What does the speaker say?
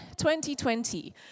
2020